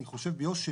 אני חושב ביושר,